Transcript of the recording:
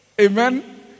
Amen